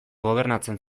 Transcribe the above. gobernatzen